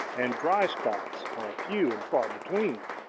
and dry spots are few and far between.